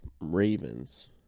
Ravens